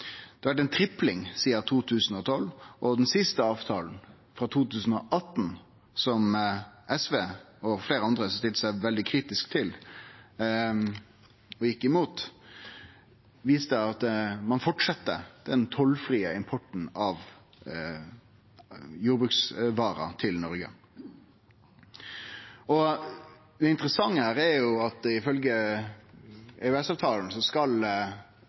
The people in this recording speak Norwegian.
det vore ein eksplosiv auke av import via EU. Det har vore ei tredobling sidan 2012. Den siste avtalen, frå 2018, som SV og fleire andre stilte seg veldig kritiske til og gjekk imot, viste at ein fortset den tollfrie importen av jordbruksvarer til Noreg. Det interessante er at ifølgje EØS-avtalen skal